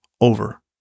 over